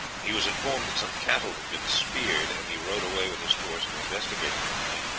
he was informed that some cattle had been speared, and he rode away with his force to investigate the complaint.